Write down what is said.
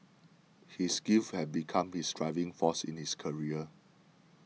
his grief had become his driving force in his career